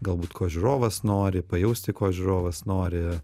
galbūt ko žiūrovas nori pajausti ko žiūrovas nori